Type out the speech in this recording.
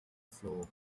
floor